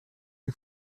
you